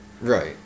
Right